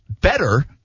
better